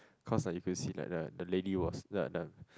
cause like you can see like the the lady was the the